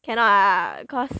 cannot lah cause